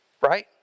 Right